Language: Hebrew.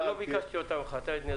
אבל לא ביקשתי אותם ---.